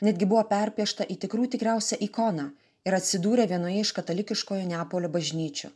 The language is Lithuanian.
netgi buvo perpiešta į tikrų tikriausią ikoną ir atsidūrė vienoje iš katalikiškojo neapolio bažnyčių